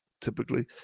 typically